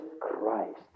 Christ